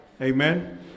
Amen